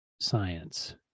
science